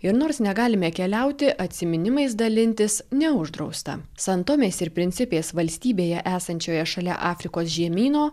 ir nors negalime keliauti atsiminimais dalintis neuždrausta san tomės ir prinsipės valstybėje esančioje šalia afrikos žemyno